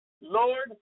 Lord